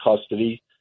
custody